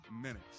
minutes